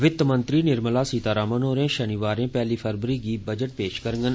वित्त मंत्री निर्मला सीतारमण होर शनिवारें पैहली फरवरी गी बजट पेश करङन